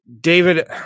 David